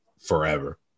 forever